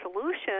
solution